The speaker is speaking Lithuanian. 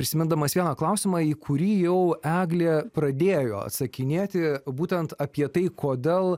prisimindamas vieną klausimą į kurį jau eglė pradėjo atsakinėti būtent apie tai kodėl